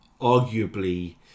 arguably